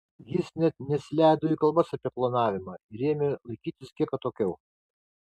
jis net nesileido į kalbas apie klonavimą ir ėmė laikytis kiek atokiau